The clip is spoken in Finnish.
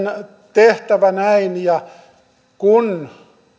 tehtävä näin kun